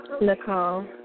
Nicole